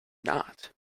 not